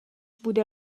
bude